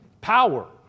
Power